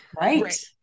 Right